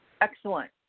excellent